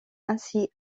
ainsi